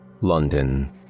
London